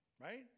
right